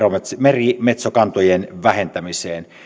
merimetsokantojen vähentämiseen